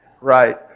Right